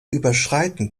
überschreiten